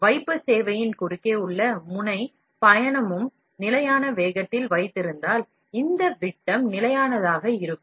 வைப்பு சேவை முழுவதும் முனை பயணம் ஒரு நிலையான வேகத்தில் வைக்கப்படுகிறது